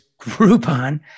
Groupon